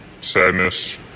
sadness